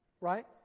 Right